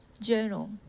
journal